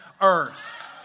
earth